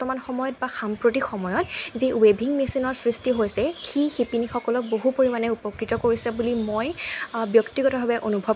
বৰ্তমান সময়ত বা সাম্প্ৰতিক সময়ত যি ৱেভিং মেচিনৰ সৃষ্টি হৈছে সি শিপিনীসকলক বহু পৰিমাণে উপকৃত কৰিছে বুলি মই ব্যক্তিগতভাৱে অনুভৱ